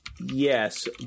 Yes